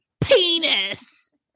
penis